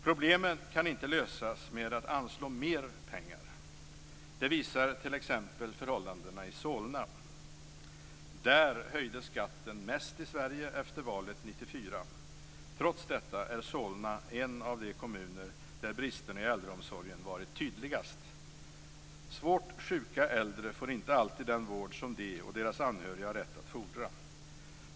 Problemen kan inte lösas genom att mer pengar anslås. Det visar t.ex. förhållandena i Solna. Där höjdes skatten mest i Sverige efter valet 1994. Trots detta är Solna en av de kommuner där bristerna i äldreomsorgen varit tydligast. Svårt sjuka äldre får inte alltid den vård som de och deras anhöriga har rätt att fordra.